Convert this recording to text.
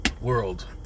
world